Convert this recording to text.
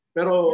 Pero